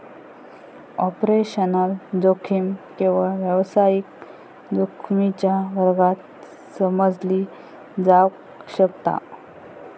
operational जोखीम केवळ व्यावसायिक जोखमीच्या वर्गात समजली जावक शकता